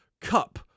Cup